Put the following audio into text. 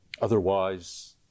otherwise